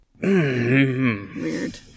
Weird